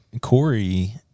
Corey